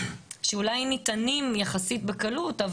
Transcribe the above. שאולי ניתנים יחסית בקלות,